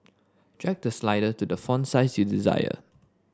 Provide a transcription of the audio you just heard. drag the slider to the font size you desire